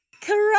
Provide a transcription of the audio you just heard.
Correct